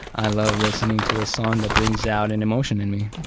i love listening to a song that brings out an emotion in me.